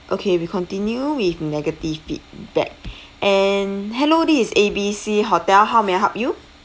okay we continue with negative feedback and hello this is A B C hotel how may I help you